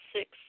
six